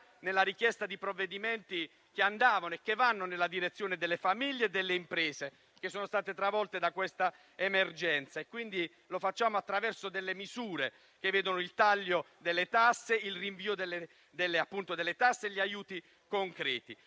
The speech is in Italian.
nella richiesta di provvedimenti che andavano e che vanno nella direzione delle famiglie e delle imprese che sono state travolte da questa emergenza. Lo facciamo attraverso misure che vedono il taglio e il rinvio delle tasse ed aiuti concreti.